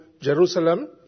Jerusalem